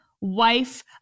wife